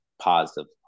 positive